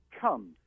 Come